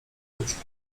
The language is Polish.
łóżku